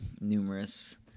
numerous